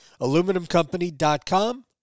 Aluminumcompany.com